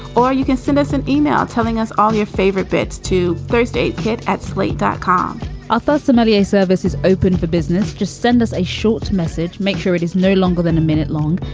or you can send us an email telling us all your favorite bits too. thursday here at slate dot com author somalia service is open for business. just send us a short message. make sure it is no longer than a minute long.